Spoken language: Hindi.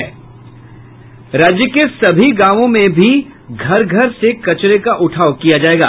राज्य के सभी गांवों में की घर घर से कचरे का उठाव किया जायेगा